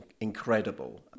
incredible